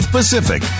Pacific